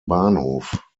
bahnhof